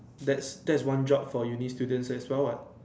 that's that's one job for Uni students as well what